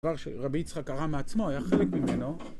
דבר שרבי יצחק קרא מעצמו היה חלק ממנו